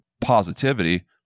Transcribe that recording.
positivity